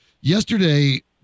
Yesterday